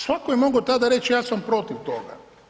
Svatko je mogao tada reći ja sam protiv toga.